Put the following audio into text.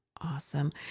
Awesome